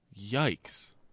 yikes